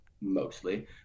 mostly